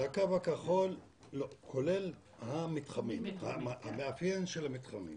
חמש שנים, לקו הכחול, כולל המאפיין של המתחמים.